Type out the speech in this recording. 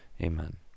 Amen